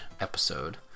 episode